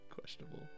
Questionable